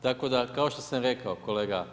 Tako da, kao što sam rekao, kolega